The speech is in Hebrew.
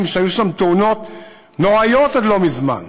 שהיו בהם תאונות נוראיות עד לא מזמן.